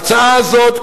ההצעה הזאת,